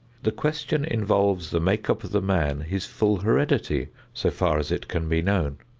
the question involves the make-up of the man, his full heredity, so far as it can be known.